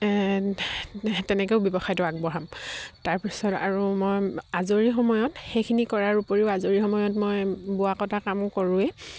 তেনেকেও ব্যৱসায়টো আগবঢ়াম তাৰপিছত আৰু মই আজৰি সময়ত সেইখিনি কৰাৰ উপৰিও আজৰি সময়ত মই বোৱা কটা কামো কৰোৱেই